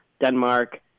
Denmark